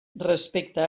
respecte